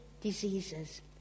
diseases